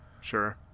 sure